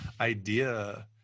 idea